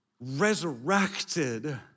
resurrected